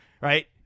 right